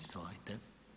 Izvolite.